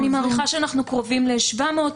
אני מעריכה שאנחנו קרובים ל-700,